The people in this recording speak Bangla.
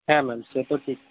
হ্যাঁ ম্যাম সে তো ঠিক